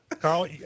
Carl